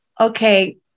Okay